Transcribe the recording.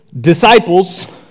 disciples—